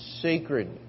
sacred